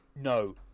No